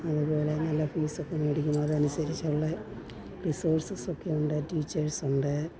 അതുപോലെ തന്നെ നല്ല ഫീസൊക്കെ മേടിക്കുന്നതനുസരിച്ചുള്ള റിസോഴ്സ്സൊക്കെ ഉണ്ട് ടീച്ചേർസ് ഉണ്ട്